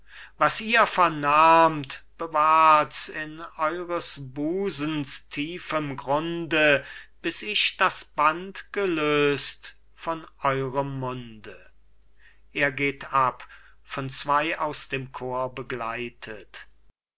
mein was ihr vernahmt bewahrt's in eures busens tiefem grunde bis ich das band gelöst von eurem munde er geht ab von zweien aus dem chor begleitet